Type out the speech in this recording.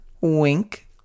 Wink